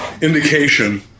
indication